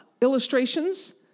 illustrations